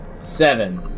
Seven